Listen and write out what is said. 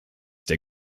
der